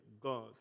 God